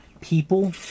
people